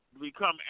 become